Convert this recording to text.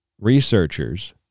researchers